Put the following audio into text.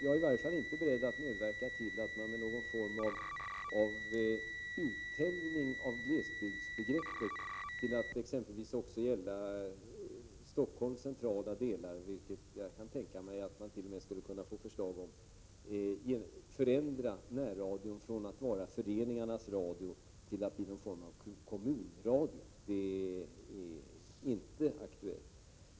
Jag är i varje fall inte beredd att medverka till att man med någon form av uttänjning av glesbygdsbegreppet till att exempelvis också gälla Stockholms centrala delar — vilket jag kan tänka mig t.o.m. skulle kunna föreslås — förändrar närradion från att vara föreningarnas radio till att bli någon form av kommunradio. Det är alltså inte aktuellt.